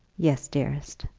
yes, dearest.